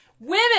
Women